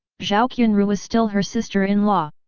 zhao qianru was still her sister-in-law.